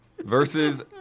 Versus